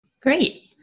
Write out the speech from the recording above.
Great